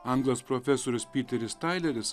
anglas profesorius piteris taileris